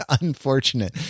unfortunate